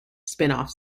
spinoff